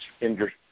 injuries